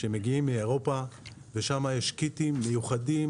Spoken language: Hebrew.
שמגיעים מאירופה ושם יש קיטים מיוחדים,